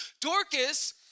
Dorcas